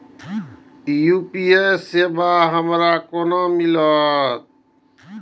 UPI सेवा हमरो केना मिलते?